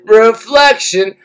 reflection